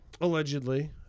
Allegedly